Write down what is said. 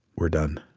we're done